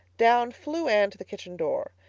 down flew anne to the kitchen door.